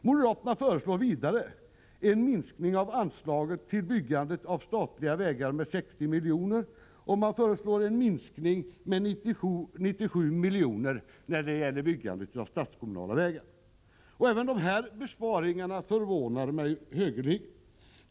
Moderaterna föreslår vidare en minskning av anslaget till byggande av statliga vägar med 60 miljoner, och man föreslår en minskning med 97 miljoner när det gäller byggande av statskommunala vägar. Även de här besparingsförslagen förvånar mig högeligen.